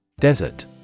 Desert